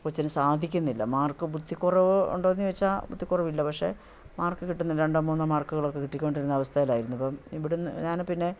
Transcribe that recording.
കൊച്ചിന് സാധിക്കുന്നില്ല മാർക്ക് ബുദ്ധിക്കുറവ് ഉണ്ടോ എന്ന് ചോദിച്ചാൽ ബുദ്ധിക്കുറവ് ഇല്ല പക്ഷെ മാർക്ക് കിട്ടുന്നില്ല രണ്ടോ മൂന്നോ മാർക്കുകളൊക്കെ കിട്ടിക്കൊണ്ടിരുന്ന അവസ്ഥയിലായിരുന്നു ഇപ്പം ഇവിടെ നിന്ന് ഞാൻ പിന്നെ